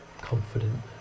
confident